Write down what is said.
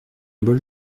bol